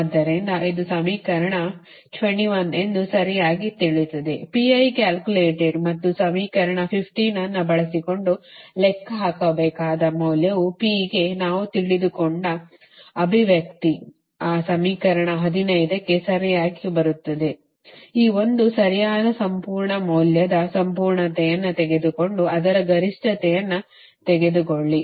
ಆದ್ದರಿಂದ ಇದು ಸಮೀಕರಣ 21 ಎಂದು ಸರಿಯಾಗಿ ತಿಳಿಯುತ್ತದೆ ಮತ್ತು ಸಮೀಕರಣ 15 ಅನ್ನು ಬಳಸಿಕೊಂಡು ಲೆಕ್ಕ ಹಾಕಬೇಕಾದ ಮೌಲ್ಯವು p ಗೆ ನಾವು ತಿಳಿದುಕೊಂಡ ಅಭಿವ್ಯಕ್ತಿ ನಂತರ ಆ ಸಮೀಕರಣ 15 ಕ್ಕೆ ಸರಿಯಾಗಿ ಬರುತ್ತದೆ ಮತ್ತು ಈ ಒಂದು ಸರಿಯಾದ ಸಂಪೂರ್ಣ ಮೌಲ್ಯದ ಸಂಪೂರ್ಣತೆಯನ್ನು ತೆಗೆದುಕೊಂಡು ಅದರ ಗರಿಷ್ಠತೆಯನ್ನು ತೆಗೆದುಕೊಳ್ಳಿ